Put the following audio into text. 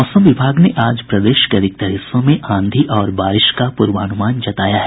मौसम विभाग ने आज प्रदेश के अधिकांश हिस्सों में आंधी और बारिश का पूर्वानुमान जताया है